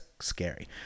scary